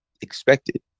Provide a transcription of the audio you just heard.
expected